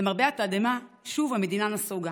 למרבה התדהמה, שוב המדינה נסוגה.